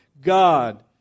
God